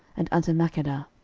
and unto makkedah.